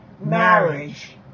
marriage